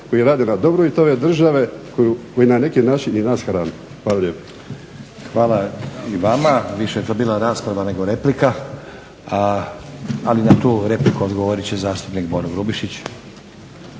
koji rade na dobrobit ove države, koji na neki način i nas hrane. Hvala lijepo. **Stazić, Nenad (SDP)** Hvala i vama. Više je to bila rasprava nego replika, ali za tu repliku odgovorit će zastupnik Boro Grubišić.